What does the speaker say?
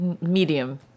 medium